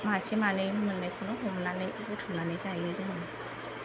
मासे मानै मोननायखौनो हमनानै बुथुमनानै जायो जोङो